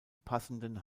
passenden